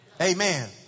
Amen